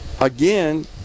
again